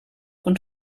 und